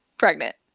pregnant